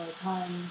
time